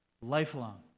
Lifelong